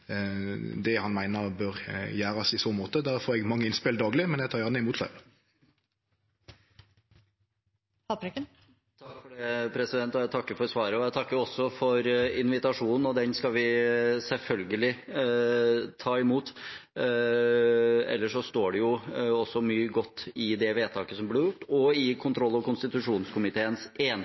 det han meiner bør gjerast i så måte. Der får eg mange innspel dagleg, men eg tek gjerne imot fleire. Jeg takker for svaret, og jeg takker også for invitasjonen. Den skal vi selvfølgelig ta imot. Ellers står det jo også mye godt i det vedtaket som ble fattet og i kontroll- og konstitusjonskomiteens